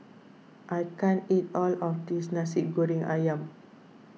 I can't eat all of this Nasi Goreng Ayam